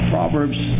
Proverbs